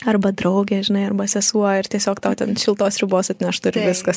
arba draugė žinai arba sesuo ir tiesiog tau ten šiltos sriubos atneštų ir viskas